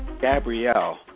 Gabrielle